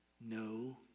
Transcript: no